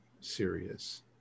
serious